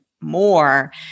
more